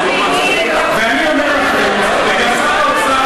ואני אומר לכם, שר האוצר